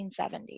1970